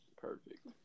perfect